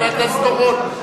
חבר הכנסת אורון,